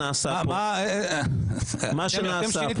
חבר הכנסת אזולאי, גם כשחשבנו שצריך לשנות